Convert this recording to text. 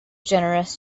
generous